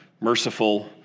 merciful